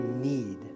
need